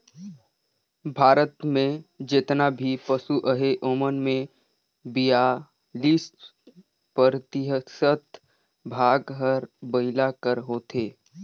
भारत में जेतना भी पसु अहें ओमन में बियालीस परतिसत भाग हर बइला कर होथे